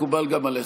--- מקובל גם עליך.